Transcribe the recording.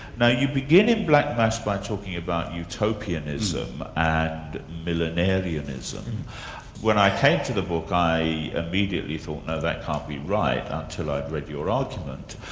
now you begin in black mass by talking about utopianism and millenarianism when i came to the book i immediately thought, no, that can't be right, until i'd read your argument,